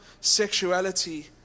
sexuality